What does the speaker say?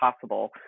possible